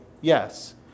yes